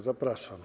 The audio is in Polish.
Zapraszam.